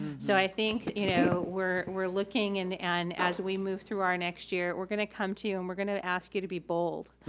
so i think, you know, we're we're looking and and as we move through our next year, we're gonna come to you and we're gonna ask you to be bold.